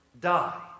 die